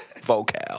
Vocal